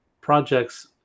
projects